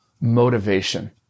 motivation